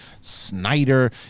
Snyder